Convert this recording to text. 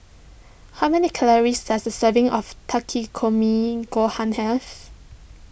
how many calories does a serving of Takikomi Gohan have